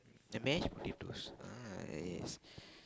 and mash potatoes ice